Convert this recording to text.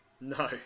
No